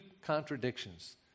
contradictions